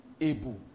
able